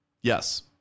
Yes